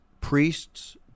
priests